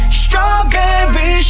strawberry